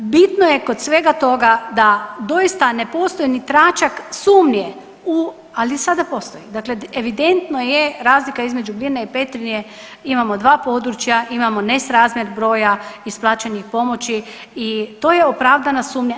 Bitno je kod svega toga da doista ne postoji ni tračak sumnje u ali sada postoji, dakle evidentno je razlika između Gline i Petrinje imamo dva područja imamo nesrazmjer broja isplaćenih pomoći i to je opravdana sumnja.